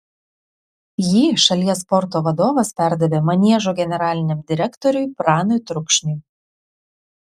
jį šalies sporto vadovas perdavė maniežo generaliniam direktoriui pranui trukšniui